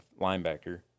linebacker